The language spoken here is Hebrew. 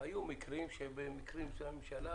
היו מקרים מסוימים שהממשלה